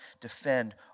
defend